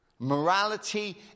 Morality